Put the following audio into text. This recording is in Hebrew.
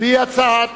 והיא הצעת